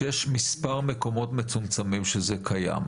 שיש מספר מצומצם של מקומות בהם שזה קיים,